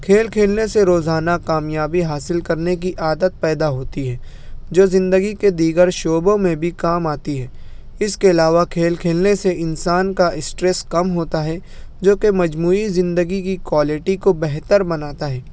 کھیل کھیلنے سے روزانہ کامیابی حاصل کرنے کی عادت پیدا ہوتی ہے جو زندگی کے دیگر شعبوں میں بھی کام آتی ہے اس کے علاوہ کھیل کھیلنے سے انسان کا اسٹریس کم ہوتا ہے جوکہ مجموعی زندگی کی کوالٹی کو بہتر بناتا ہے